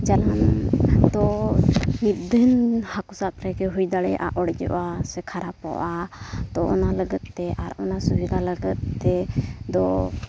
ᱡᱟᱞᱟᱢ ᱫᱚ ᱢᱤᱫ ᱫᱤᱱ ᱦᱟᱹᱠᱩ ᱥᱟᱵ ᱨᱮᱜᱮ ᱦᱩᱭ ᱫᱟᱲᱮᱭᱟᱜᱼᱟ ᱚᱲᱮᱡᱚᱜᱼᱟ ᱥᱮ ᱠᱷᱟᱨᱟᱯᱚᱜᱼᱟ ᱛᱚ ᱚᱱᱟ ᱞᱟᱹᱜᱤᱫᱛᱮ ᱟᱨ ᱚᱱᱟ ᱥᱩᱵᱤᱫᱷᱟ ᱞᱟᱹᱜᱤᱫ ᱛᱮᱫᱚ